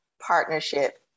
partnership